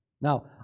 Now